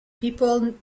people